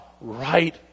right